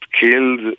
killed